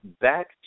back